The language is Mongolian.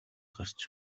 гарч